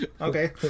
okay